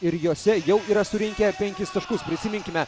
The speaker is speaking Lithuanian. ir jose jau yra surinkę penkis taškus prisiminkime